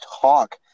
talk